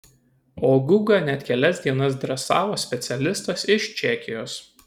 o gugą net kelias dienas dresavo specialistas iš čekijos